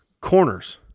Corners